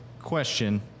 question